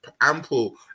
ample